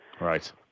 Right